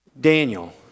Daniel